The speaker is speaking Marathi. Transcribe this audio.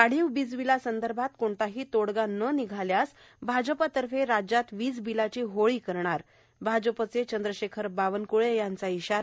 वाढीव वीज बिला संदर्भात कोणताही तोडगा न निघल्यास भाजपतर्फे राज्यात वीज बिलाची होळी करणार भाजपचे चंद्रशेखर बावनक्ळे यांचा इशारा